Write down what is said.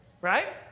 Right